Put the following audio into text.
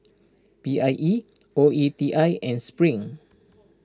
P I E O E T I and Spring